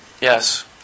Yes